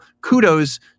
kudos